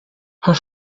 her